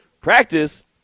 Practice